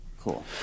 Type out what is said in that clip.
Cool